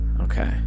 Okay